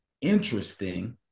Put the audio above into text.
interesting